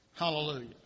Hallelujah